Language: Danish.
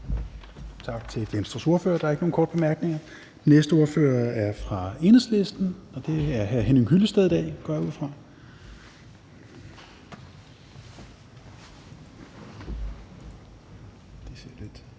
Tak til Venstres ordfører. Der er ikke nogen korte bemærkninger. Den næste ordfører er fra Enhedslisten. Det er hr. Henning Hyllested i dag, går jeg ud